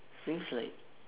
seems like